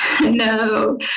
No